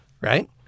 Right